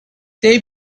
they